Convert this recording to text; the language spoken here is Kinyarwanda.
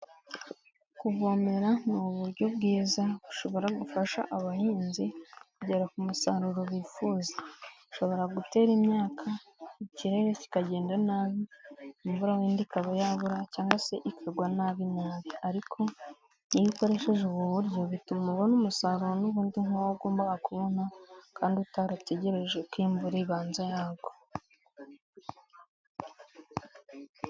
kuvomerera ni uburyo bwiza bushobora gufasha abahinzi kugera ku musaruro bifuza. Ushobora gutera imyaka ikirere kikagenda nabi, imvura ikaba yabura cyangwa se ikagwa nabi nabi, ariko iyo ukoresheje ubu buryo bituma ubona umusaruro n'ubundi nk'uwo wagombaga kubona, kandi utarategereje ko imvura ibanza yagwa.